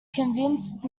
convinced